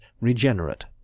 regenerate